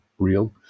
real